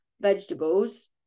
vegetables